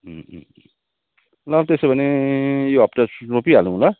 ल त्यसो भने यो हप्ता रोपिहालौँ ल